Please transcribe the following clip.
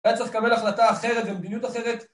היה צריך לקבל החלטה אחרת ומדיניות אחרת.